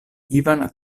ivan